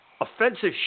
Offensive